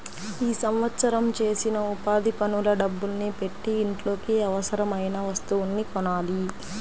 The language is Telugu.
ఈ సంవత్సరం చేసిన ఉపాధి పనుల డబ్బుల్ని పెట్టి ఇంట్లోకి అవసరమయిన వస్తువుల్ని కొనాలి